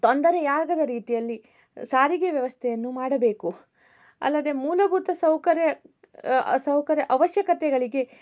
ತೊಂದರೆಯಾಗದ ರೀತಿಯಲ್ಲಿ ಸಾರಿಗೆ ವ್ಯವಸ್ಥೆಯನ್ನು ಮಾಡಬೇಕು ಅಲ್ಲದೆ ಮೂಲಭೂತ ಸೌಕರ್ಯ ಆ ಸೌಕರ್ಯ ಅವಶ್ಯಕತೆಗಳಿಗೆ